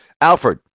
Alfred